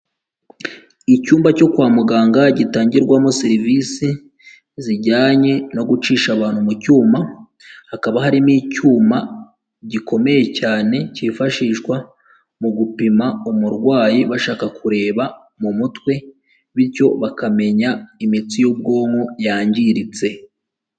Icyumba cyo kwa muganga gitangirwamo serivisi zijyanye no gucisha abantu mu cyuma, hakaba harimo icyuma gikomeye cyane cyifashishwa mu gupima umurwayi bashaka kureba mu mutwe bityo bakamenya imitsi y'ubwonko yangiritse.